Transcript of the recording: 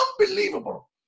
unbelievable